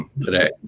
today